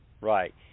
Right